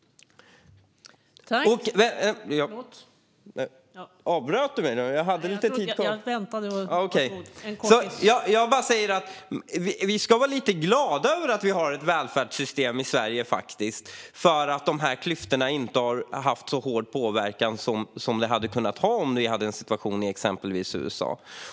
Jag säger bara att vi ska vara lite glada över att vi har ett välfärdssystem i Sverige, för i och med det har inte de här klyftorna haft så stor påverkan som de hade kunnat ha om vi hade haft en situation som i exempelvis USA.